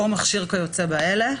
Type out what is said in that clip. "או מכשיר כיוצא באלה",